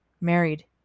married